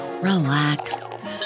relax